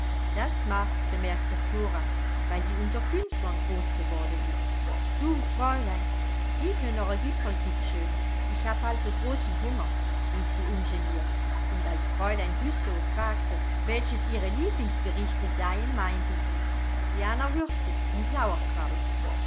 das macht bemerkte flora weil sie unter künstlern groß geworden ist du fräulein gieb mir noch a gipferl bitt schön ich hab halt so großen hunger rief sie ungeniert und als fräulein güssow fragte welches ihre lieblingsgerichte seien meinte sie wianer würstl und sauerkraut